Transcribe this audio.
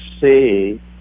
see